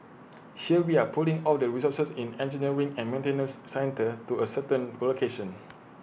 here we are pulling all the resources in engineering and maintenance centre to A certain location